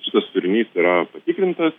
šitas turinys yra patikrintas